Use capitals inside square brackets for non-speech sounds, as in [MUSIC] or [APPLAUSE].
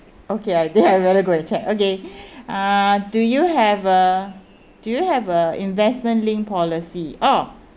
okay I think I better go and check okay [BREATH] uh do you have a do you have a investment linked policy oh